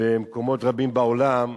במקומות רבים בעולם,